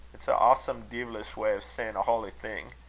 it's an awesome deevilich way o' sayin' a holy thing.